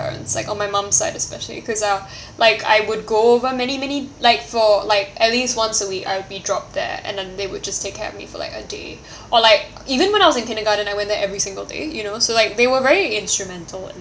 grandparents like on my mum's side especially because uh like I would go over many many like for like at least once a week I will be dropped there and and they would just take care of me for like a day or like even when I was in kindergarten I went there every single day you know so like they were very instrumental